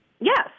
Yes